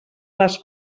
les